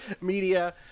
media